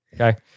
Okay